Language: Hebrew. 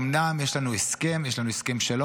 אומנם יש לנו הסכם שלום,